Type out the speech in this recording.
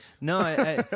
No